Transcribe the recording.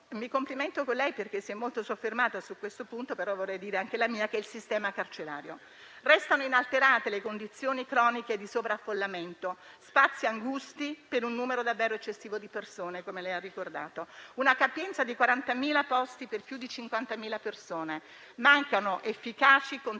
Mi complimento con lei perché si è molto soffermata su questo punto, però vorrei dire anche la mia. Restano inalterate le condizioni croniche di sovraffollamento, spazi angusti per un numero davvero eccessivo di persone, come lei ha ricordato: una capienza di 40.000 posti per più di 50.000 persone. Mancano efficaci controlli